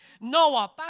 Noah